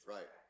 Right